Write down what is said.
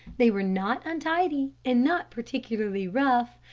they were not untidy, and not particularly rough,